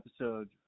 episode